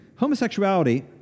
homosexuality